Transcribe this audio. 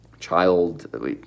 child